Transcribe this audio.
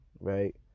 right